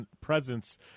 presence